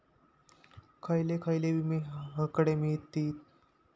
खयले खयले विमे हकडे मिळतीत?